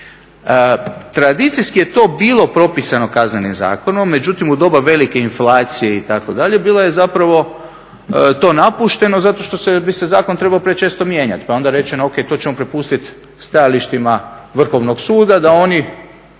Tradicijski je to bilo propisano Kaznenim zakonom, međutim u doba velike inflacije itd. bilo je zapravo to napušteno zato što bi se zakon trebao prečesto mijenjat pa je onda rečeno ok, to ćemo prepustit stajalištima Vrhovnog suda da oni